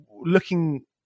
looking